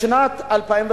בשנת 2003,